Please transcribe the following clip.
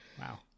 Wow